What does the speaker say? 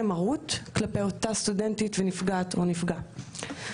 מרות עם אותה סטודנטית ונפגעת או נפגע.